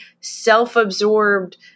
self-absorbed